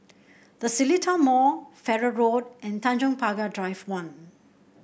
The Seletar Mall Farrer Road and Tanjong Pagar Drive One